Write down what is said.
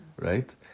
right